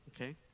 okay